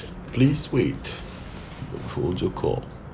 please wait hold your call